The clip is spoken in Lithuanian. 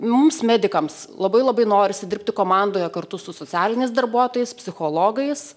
mums medikams labai labai norisi dirbti komandoje kartu su socialiniais darbuotojais psichologais